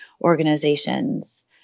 organizations